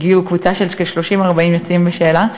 הגיעה קבוצה של 30 40 יוצאים בשאלה.